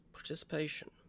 participation